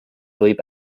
võib